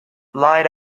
light